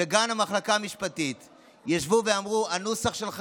וגם המחלקה המשפטית ישבו ואמרו: הנוסח שלך